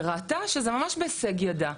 וראתה שזה ממש בהישג ידה.